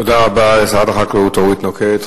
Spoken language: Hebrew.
תודה רבה לשרת החקלאות אורית נוקד.